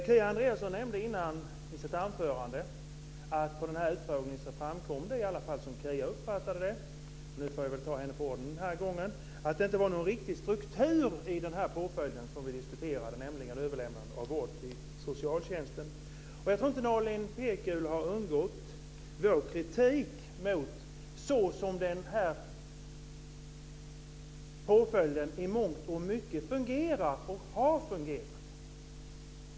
Kia Andreasson nämnde i sitt anförande att det i alla fall som hon uppfattade det - jag får väl ta henne på orden den här gången - framkom att det inte var någon riktig struktur i den påföljd som vi diskuterade, nämligen överlämnande till vård inom socialtjänsten. Jag tror inte att Nalin Pekgul har undgått vår kritik när det gäller hur den här påföljden i mångt och mycket fungerar och har fungerat.